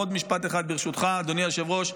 עוד משפט אחד, ברשותך, אדוני היושב-ראש.